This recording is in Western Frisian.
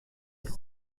der